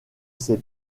ces